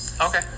Okay